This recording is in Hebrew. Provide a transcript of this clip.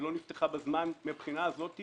ולא נפתחה בזמן - מהבחינה הזו,